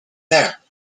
there